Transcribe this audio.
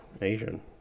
asian